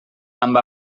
amb